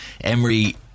Emery